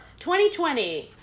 2020